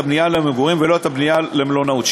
הבנייה למגורים ולא את הבנייה למלונאות.